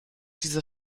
diese